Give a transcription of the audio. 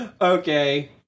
okay